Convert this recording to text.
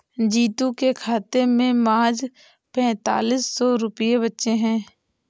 जीतू के खाते में महज पैंतीस सौ रुपए बचे हैं